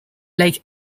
lake